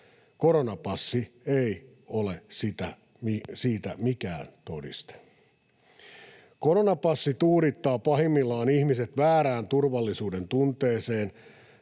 Koronapassi ei ole siitä mikään todiste. Koronapassi tuudittaa pahimmillaan ihmiset väärään turvallisuudentunteeseen.